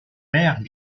mère